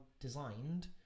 designed